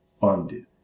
funded